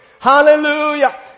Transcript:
Hallelujah